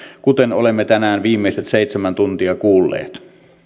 kuten olemme tänään viimeiset seitsemän tuntia kuulleet